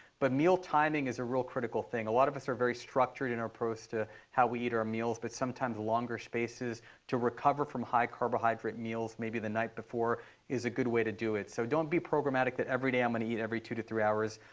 but meal timing is a real critical thing. a lot of us are very structured in our approach to how we eat our meals. but sometimes longer spaces to recover from high-carbohydrate meals maybe the night before is a good way to do it. so don't be programmatic that every day, i'm going to eat every two to three hours.